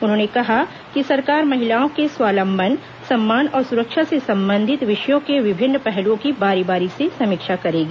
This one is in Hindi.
उन्होंने कहा कि सरकार महिलाओं के स्वावलंबन सम्मान और सुरक्षा से संबंधित विषयों के विभिन्न पहलुओं की बारी बारी से समीक्षा करेगी